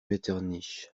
metternich